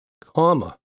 comma